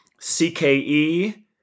CKE